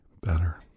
better